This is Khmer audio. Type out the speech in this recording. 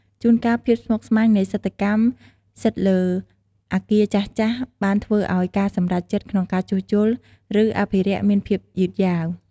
ជួនកាលភាពស្មុគស្មាញនៃសិទ្ធិកម្មសិទ្ធិលើអគារចាស់ៗបានធ្វើឱ្យការសម្រេចចិត្តក្នុងការជួសជុល ឬអភិរក្សមានភាពយឺតយ៉ាវ។